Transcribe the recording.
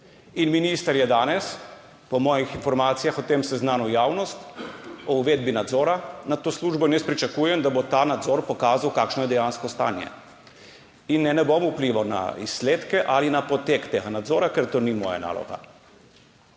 Minister je danes, po mojih informacijah, o tem seznanil javnost – o uvedbi nadzora nad to službo. In jaz pričakujem, da bo ta nadzor pokazal, kakšno je dejansko stanje in ne, ne bom vplival na izsledke ali na potek tega nadzora, ker to ni moja naloga.